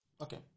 Okay